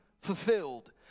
fulfilled